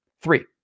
Three